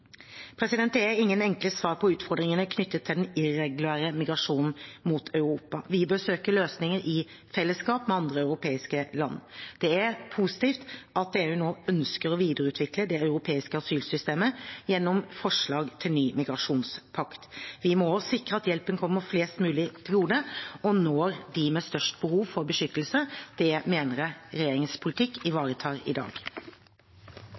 Det er ingen enkle svar på utfordringene knyttet til den irregulære migrasjonen mot Europa. Vi bør søke løsninger i fellesskap med andre europeiske land. Det er positivt at EU nå ønsker å videreutvikle det europeiske asylsystemet gjennom forslag til ny migrasjonspakt. Vi må også sikre at hjelpen kommer flest mulig til gode og når dem med størst behov for beskyttelse. Det mener jeg regjeringens politikk ivaretar i dag.